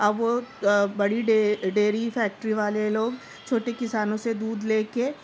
اب بڑی dairy factory والے لوگ چھوٹے کسانوں سے دودھ لے کے